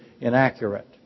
inaccurate